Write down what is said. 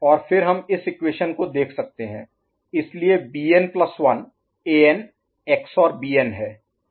और फिर हम इस इक्वेशन को देख सकते हैं इसलिए Bn plus 1 Bn1 An XOR Bn है